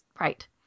Right